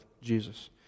Jesus